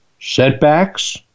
setbacks